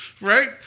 Right